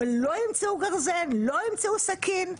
או לא ימצאו גרזן, לא ימצאו סכין?